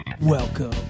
Welcome